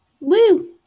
Woo